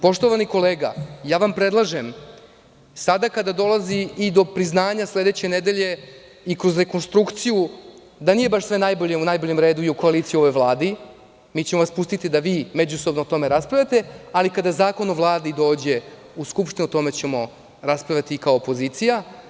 Poštovani kolega, predlažem vam, sada kada dolazi i do priznanja sledeće nedelje i kroz rekonstrukciju, da nije baš sve najbolje i u najboljem redu i u koaliciji u ovoj Vladi, mi ćemo vas pustiti da vi međusobno o tome raspravljate, ali kada Zakon o Vladi dođe u Skupštinu, o tome ćemo raspravljati i kao opozicija.